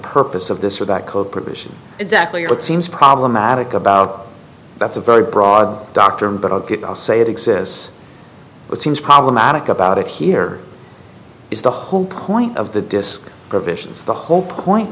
purpose of this or that code provision exactly what seems problematic about that's a very broad doctrine but i'll say it exists it seems problematic about it here is the whole point of the disk provisions the whole point